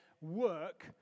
work